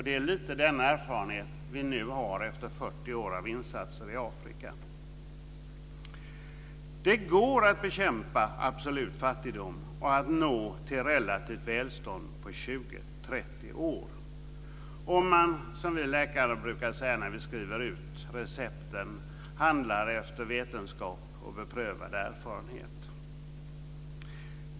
Det är lite av den erfarenheten vi nu har efter 40 år av insatser i Afrika. Det går att bekämpa absolut fattigdom och att nå relativt välstånd på 20-30 år, om man, som vi läkare brukar säga när vi skriver ut recepten, handlar efter vetenskap och beprövad erfarenhet.